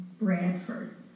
Bradford